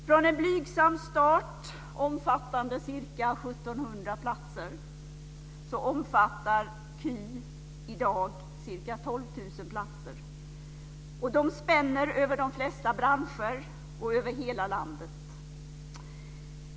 Från en blygsam start då KY omfattande ca 1 700 platser omfattar KY i dag ca 12 000 platser. Den spänner över de flesta branscher och över hela landet.